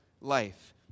life